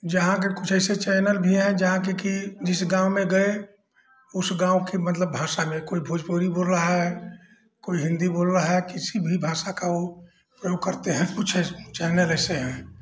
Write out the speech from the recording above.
जहाँ के कुछ ऐसे चैनल भी हैं जहाँ के की जिस गाँव में गए उस गाँव की मतलब भाषा में कोई भोजपुरी बोल रहा है कोई हिन्दी बोल रहा है किसी भी भाषा का वह प्रयोग करते हैं कुछ चैनल ऐसे हैं